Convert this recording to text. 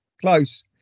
close